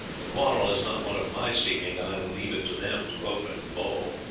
the quarrel is not one of my seeking, and i will leave it to them to open the ball.